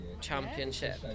championship